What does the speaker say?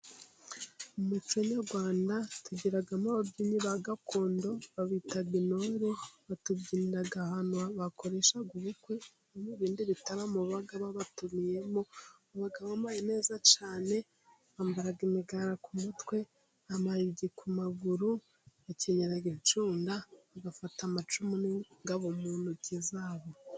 Mu muco nyarwanda tugiramo ababyinnyi ba gakondo, babita intore batubyinira ahantu bakoresha ubukwe, mu bindi bitaramo baba babatumiyemo, baba bambaye neza cyane, bambara imigara ku mutwe, amayugi ku maguru, bakenyera inshunda, bagafata amacumu n'ingabo mu ntoki zabo.